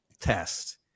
test